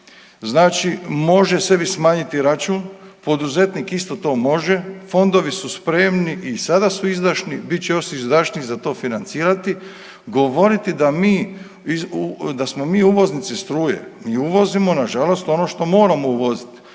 znači može sebi smanjiti račun, poduzetnik isto to može, fondovi su spremni i sada su izdašni, bit će još izdašniji za to financirati. Govoriti da mi, da smo mi uvoznici struje. Mi uvozimo, nažalost ono što moramo uvoziti,